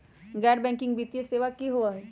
गैर बैकिंग वित्तीय सेवा की होअ हई?